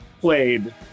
played